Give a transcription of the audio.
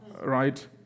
Right